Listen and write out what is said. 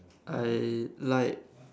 I like